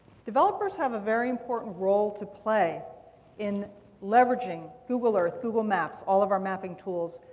developers have a very important role to play in leveraging google earth, google maps, all of our mapping tools,